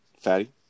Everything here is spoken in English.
fatty